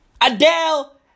Adele